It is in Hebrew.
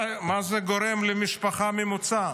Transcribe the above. מה זה גורם למשפחה ממוצעת,